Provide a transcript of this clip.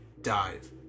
dive